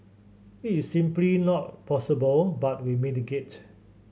it is simply not possible but we mitigate